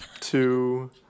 two